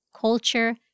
culture